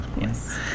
Yes